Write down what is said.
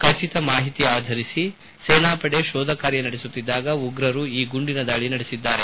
ಖಚಿತ ಮಾಹಿತಿ ಆಧರಿಸಿ ಸೇನಾಪಡೆ ಶೋಧ ಕಾರ್ಯ ನಡೆಸುತ್ತಿದ್ದಾಗ ಉಗ್ರರು ಈ ಗುಂಡಿನ ದಾಳಿ ನಡೆಸಿದರು